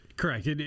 Correct